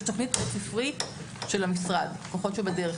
יש תוכנית בית-ספרית של המשרד, "הכוחות שבדרך",